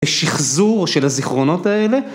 ‫השחזור של הזיכרונות האלה.